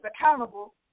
accountable